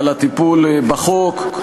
על הטיפול בחוק.